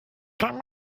kann